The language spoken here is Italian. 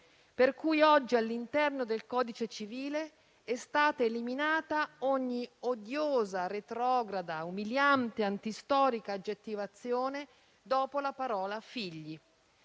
legge oggi, all'interno del codice civile, è stata eliminata ogni odiosa, retrograda, umiliante e antistorica aggettivazione dopo la parola figli.